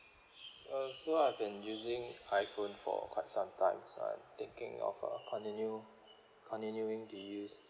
uh so I've been using iphone for quite some time I thinking of uh continue continuing to use